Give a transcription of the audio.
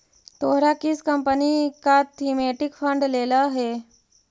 तोहरा किस कंपनी का थीमेटिक फंड लेलह हे